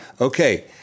Okay